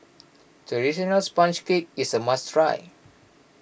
Traditional Sponge Cake is a must try